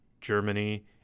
germany